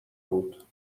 بود